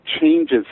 changes